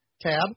tab